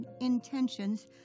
intentions